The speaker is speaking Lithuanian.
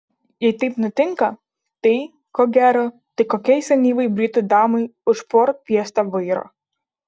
jei taip nutinka tai ko gero tik kokiai senyvai britų damai už ford fiesta vairo